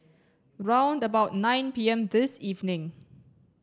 round about nine P M this evening